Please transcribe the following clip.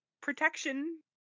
protection